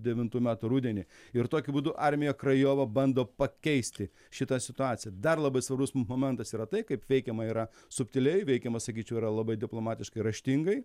devintų metų rudenį ir tokiu būdu armija krajova bando pakeisti šitą situaciją dar labai svarbus momentas yra tai kaip veikiama yra subtiliai veikiama sakyčiau yra labai diplomatiškai raštingai